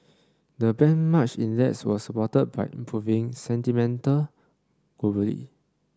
the benchmark index was supported by improving sentiment globally